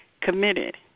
committed